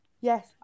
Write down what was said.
Yes